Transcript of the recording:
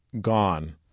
gone